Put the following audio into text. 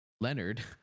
Leonard